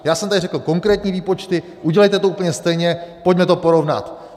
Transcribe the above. Já jsem tady řekl konkrétní výpočty, udělejte to úplně stejně, pojďme to porovnat.